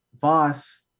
Voss